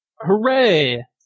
Hooray